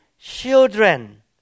children